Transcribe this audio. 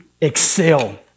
excel